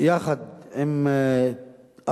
יחד עם ארצות-הברית,